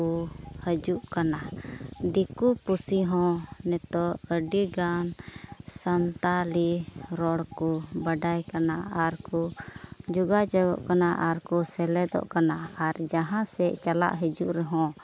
ᱠᱚ ᱦᱤᱡᱩᱜ ᱠᱟᱱᱟ ᱫᱤᱠᱩ ᱯᱩᱥᱤ ᱦᱚᱸ ᱱᱤᱛᱚᱜ ᱟᱹᱰᱤᱜᱟᱱ ᱥᱟᱱᱛᱟᱞᱤ ᱨᱚᱲ ᱠᱚ ᱵᱟᱰᱟᱭ ᱠᱟᱱᱟ ᱟᱨ ᱠᱚ ᱡᱳᱜᱟᱡᱳᱜᱚᱜ ᱠᱟᱱᱟ ᱟᱨ ᱠᱚ ᱥᱮᱞᱮᱫᱚᱜ ᱠᱟᱱᱟ ᱟᱨ ᱡᱟᱦᱟᱸ ᱥᱮᱫ ᱪᱟᱞᱟᱜ ᱦᱤᱡᱩᱜ ᱨᱮᱦᱚᱸ